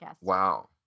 Wow